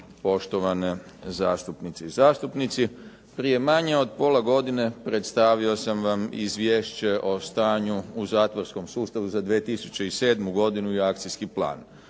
poštovane zastupnice i zastupnici. Prije manje od pola godine predstavio sam vam Izvješće o stanju u zatvorskom sustavu za 2007. godinu i akcijski plan.